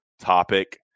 topic